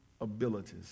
abilities